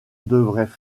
devraient